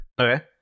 Okay